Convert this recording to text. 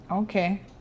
Okay